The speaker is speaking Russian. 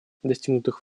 достигнутых